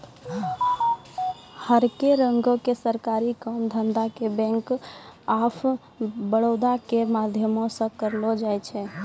हरेक रंगो के सरकारी काम धंधा के बैंक आफ बड़ौदा के माध्यमो से करलो जाय छै